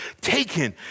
taken